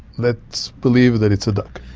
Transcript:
let's believe that it's a duck.